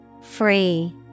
Free